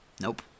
Nope